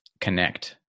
connect